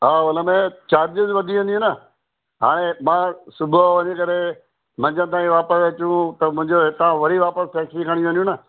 हा उनमें चार्जिस वधी वेंदी न हाणे मां सुबुह जो वञी करे मंझंदि ताईं वापसि अचूं त मुंहिंजो हितां वरी वापसि टैक्सी खणी वञूं न